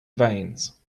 veins